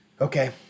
Okay